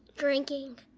drinking.